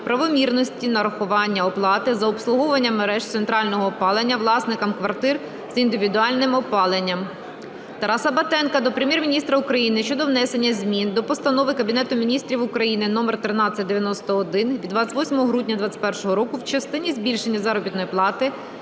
правомірності нарахування оплати за обслуговування мереж центрального опалення власникам квартир з індивідуальним опаленням. Тараса Батенка до Прем'єр-міністра України щодо внесення змін до Постанови Кабінету Міністрів України № 1391 від 28 грудня 21-го року в частині збільшення заробітної плати